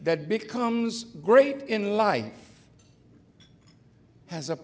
that becomes great in life has